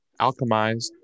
alchemized